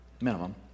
minimum